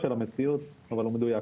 המציאות, אבל הוא מדויק.